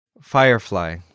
Firefly